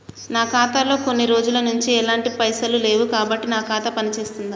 నా ఖాతా లో కొన్ని రోజుల నుంచి ఎలాంటి పైసలు లేవు కాబట్టి నా ఖాతా పని చేస్తుందా?